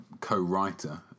co-writer